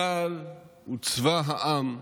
צה"ל הוא צבא העם.